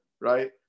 right